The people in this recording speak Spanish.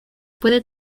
puede